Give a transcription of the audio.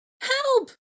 help